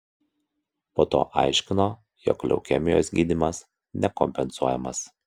po to aiškino jog leukemijos gydymas nekompensuojamas